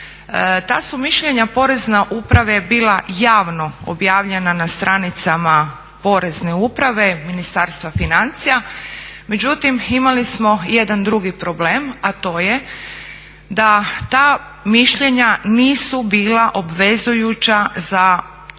Ta su mišljenja Porezne uprave bila javno objavljena na stranicama Porezne uprave Ministarstva financija, međutim imali smo jedan drugi problem, a to je da ta mišljenja nisu bila obvezujuća za